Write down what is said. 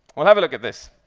well, have a look at this.